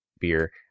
beer